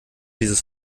dieses